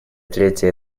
трети